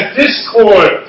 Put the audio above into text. discord